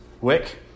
Wick